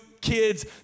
kids